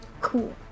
Cool